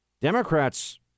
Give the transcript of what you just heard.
democrats